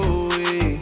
away